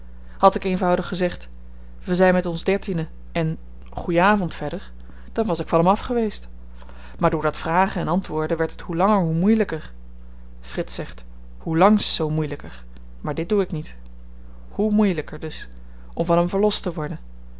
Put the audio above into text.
had ik eenvoudig gezegd we zyn met ons dertienen en goeien avend verder dan was ik van hem af geweest maar door dat vragen en antwoorden werd het hoe langer hoe moeielyker frits zegt hoe langs zoo moeielyker maar dit doe ik niet hoe moeielyker dus om van hem verlost te worden